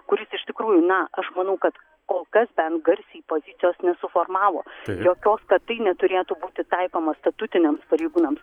kuris iš tikrųjų na aš manau kad kol kas ten garsiai pozicijos nesuformavo jokios kad tai neturėtų būti taikoma statutiniams pareigūnams